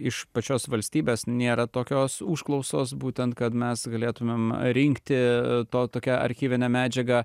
iš pačios valstybės nėra tokios užklausos būtent kad mes galėtumėm rinkti to tokią archyvinę medžiagą